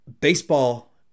Baseball